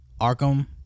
Arkham